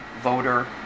voter